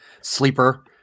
Sleeper